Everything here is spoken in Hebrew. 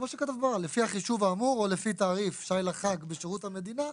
כמו שכתוב כבר "לפי החישוב האמור או לפי תעריף שי לחג בשירות המדינה,